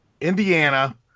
Indiana